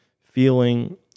feeling